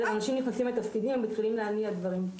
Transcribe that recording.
אנשים נכנסים לתפקידים הם מתחילים להניע דברים.